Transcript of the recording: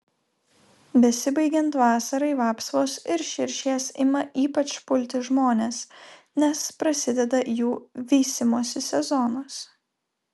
besibaigiant vasarai vapsvos ir širšės ima ypač pulti žmones nes prasideda jų veisimosi sezonas